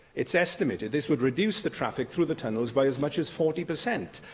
it's estimated this would reduce the traffic through the tunnels by as much as forty per cent.